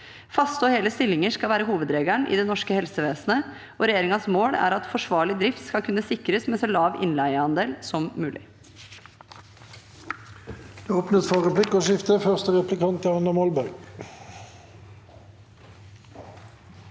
Faste og hele stillinger skal være hovedregelen i det norske helsevesenet, og regjeringens mål er at forsvarlig drift skal kunne sikres med så lav innleieandel som mulig.